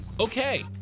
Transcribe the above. okay